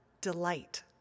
delight